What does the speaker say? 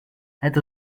het